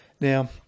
Now